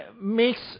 makes